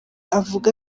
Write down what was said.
avuga